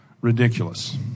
ridiculous